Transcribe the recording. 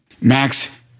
Max